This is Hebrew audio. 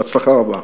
בהצלחה רבה.